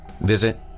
Visit